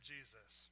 Jesus